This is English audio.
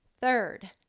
Third